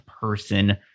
person